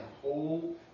whole